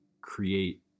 create